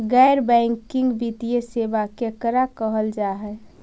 गैर बैंकिंग वित्तीय सेबा केकरा कहल जा है?